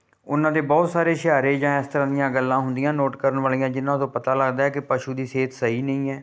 ਉਹਨਾਂ ਦੇ ਬਹੁਤ ਸਾਰੇ ਇਸ਼ਾਰੇ ਜਾਂ ਇਸ ਤਰ੍ਹਾਂ ਦੀਆਂ ਗੱਲਾਂ ਹੁੰਦੀਆਂ ਨੋਟ ਕਰਨ ਵਾਲੀਆਂ ਜਿਹਨਾਂ ਤੋਂ ਪਤਾ ਲੱਗਦਾ ਕਿ ਪਸ਼ੂ ਦੀ ਸਿਹਤ ਸਹੀ ਨਹੀਂ ਹੈ